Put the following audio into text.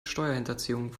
steuerhinterziehung